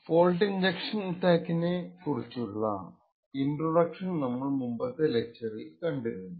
fault injection അറ്റാക്കിനെ കുറിച്ചുള്ള introduction നമ്മൾ മുമ്പത്തെ ലെക്ച്ചറിൽ കണ്ടിരുന്നു